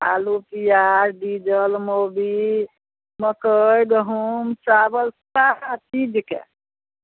आलु पिआज diesel Mobil मकै गहूँम चावल सारा चीजके